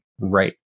right